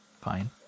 Fine